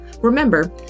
Remember